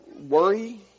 worry